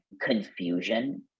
confusion